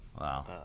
Wow